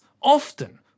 often